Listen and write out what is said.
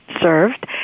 served